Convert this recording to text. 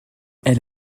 elle